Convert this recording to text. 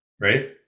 right